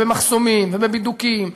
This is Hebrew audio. ובמחסומים ובבידוקים,